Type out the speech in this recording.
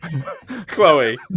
Chloe